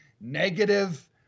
negative